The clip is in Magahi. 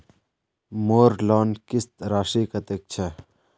मोर लोन किस्त राशि कतेक छे?